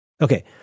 Okay